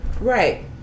Right